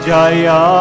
Jaya